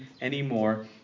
anymore